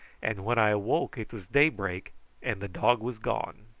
and when i awoke it was daybreak and the dog was gone.